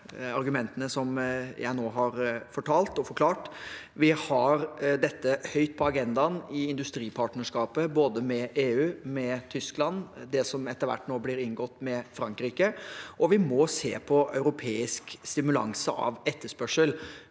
argumentene jeg nå har kommet med og forklart. Vi har dette høyt på agendaen i industripartnerskapet både med EU, med Tyskland og det som etter hvert nå blir inngått med Frankrike. Og vi må se på europeisk stimulans av etterspørsel.